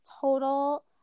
total